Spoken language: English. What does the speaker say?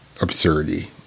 absurdity